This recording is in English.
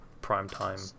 prime-time